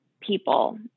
people